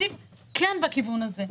התקציב כן בכיוון הזה.